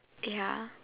ya